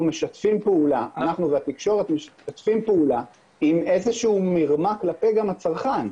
אנחנו והתקשורת משתפים פעולה עם איזושהי מרמה גם כלפי הצרכן,